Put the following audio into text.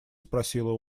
спросила